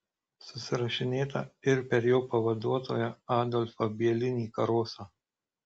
susirašinėta ir per jo pavaduotoją adolfą bielinį karosą